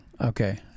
Okay